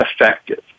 effective